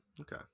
okay